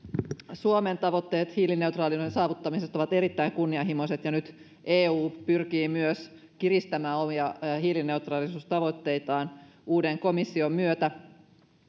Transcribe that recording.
suomen tavoitteet hiilineutraalisuuden saavuttamisesta ovat erittäin kunnianhimoiset ja nyt eu pyrkii myös kiristämään omia hiilineutraalisuustavoitteitaan uuden komission myötä